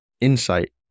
insight